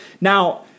Now